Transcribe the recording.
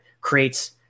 creates